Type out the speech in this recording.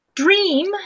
Dream